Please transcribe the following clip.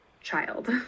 child